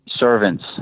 Servants